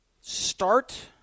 start